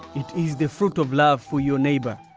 it is the fruit of love for your neighbor.